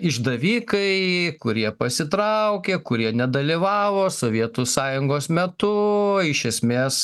išdavikai kurie pasitraukė kurie nedalyvavo sovietų sąjungos metu iš esmės